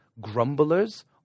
grumblers